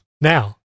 Now